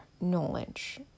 knowledge